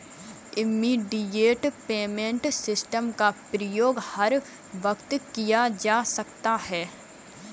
immediate payment system का प्रयोग हर वक्त किया जा सकता है